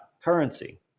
currency